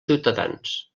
ciutadans